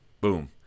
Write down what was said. Boom